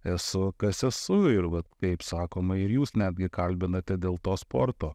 esu kas esu ir vat kaip sakoma ir jūs netgi kalbinate dėl to sporto